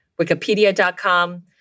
wikipedia.com